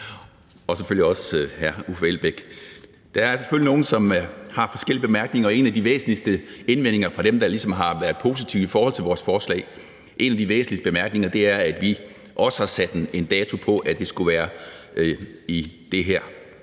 støtte, så tak for det. Der er selvfølgelig forskellige bemærkninger, og en af de væsentligste indvendinger fra dem, der ligesom har været positive i forhold til vores forslag, er, at vi også har sat en dato på, at det skulle være i den her